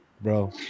bro